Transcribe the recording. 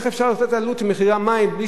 איך אפשר לתת עלות של מחירי המים בלי